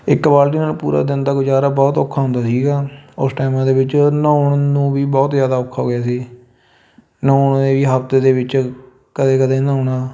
ਇਕ ਬਾਲਟੀ ਨਾਲ ਪੂਰਾ ਦਿਨ ਦਾ ਗੁਜ਼ਾਰਾ ਬਹੁਤ ਔਖਾ ਹੁੰਦਾ ਸੀਗਾ ਉਸ ਟਾਈਮ ਦੇ ਵਿੱਚ ਨਹਾਉਣ ਨੂੰ ਵੀ ਬਹੁਤ ਜ਼ਿਆਦਾ ਔਖਾ ਹੋ ਗਿਆ ਸੀ ਨਹਾਉਣ ਦੇ ਵੀ ਹਫ਼ਤੇ ਦੇ ਵਿੱਚ ਕਦੇ ਕਦੇ ਨਹਾਉਣਾ